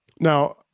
now